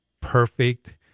perfect